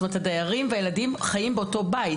זאת אומרת הדיירים והילדים חיים באותו בית.